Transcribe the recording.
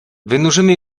wynurzymy